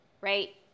right